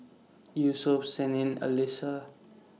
Yusuf Senin Alyssa